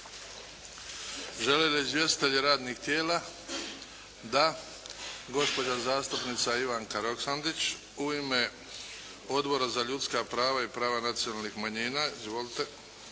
Žele li izvjestitelji radnih tijela? Da. Gospođa zastupnica Ivanka Roksandić. U ime Odbora za ljudska prava i prava nacionalnih manjina. Izvolite.